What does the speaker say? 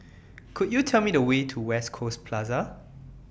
Could YOU Tell Me The Way to West Coast Plaza